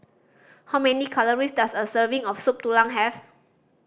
how many calories does a serving of Soup Tulang have